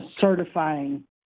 certifying